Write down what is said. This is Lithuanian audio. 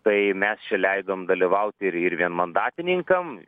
tai mes čia leidom dalyvaut ir ir vienmandatininkam